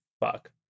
fuck